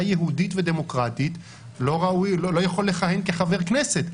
יהודית ודמוקרטית לא יכול לכהן כחבר כנסת.